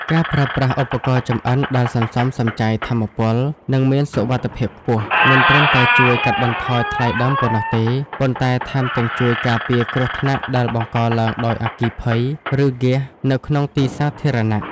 ការប្រើប្រាស់ឧបករណ៍ចម្អិនដែលសន្សំសំចៃថាមពល និងមានសុវត្ថិភាពខ្ពស់ មិនត្រឹមតែជួយកាត់បន្ថយថ្លៃដើមប៉ុណ្ណោះទេ ប៉ុន្តែថែមទាំងជួយការពារគ្រោះថ្នាក់ដែលបង្កឡើងដោយអគ្គិភ័យ ឬហ្គាសនៅក្នុងទីសាធារណៈ។